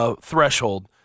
threshold